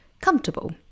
comfortable